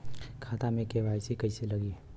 खाता में के.वाइ.सी कइसे लगी?